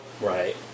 Right